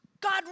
God